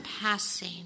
passing